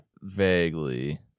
Vaguely